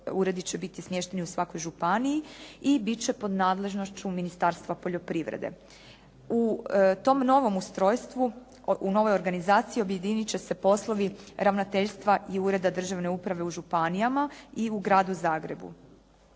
uredi će biti smješteni u svakoj županiji i bit će pod nadležnošću Ministarstva poljoprivrede. U tom novom ustrojstvu, u novoj organizacije objediniti će se poslovi ravnateljstva i Ureda državne uprave u županijama i u Gradu Zagrebu.